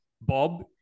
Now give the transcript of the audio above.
Bob